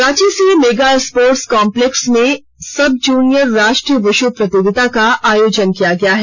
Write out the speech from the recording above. Ranchi mega sports complex में sub junior राष्ट्रीय wushu प्रतियोगिता का आयोजन किया गया है